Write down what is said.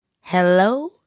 Hello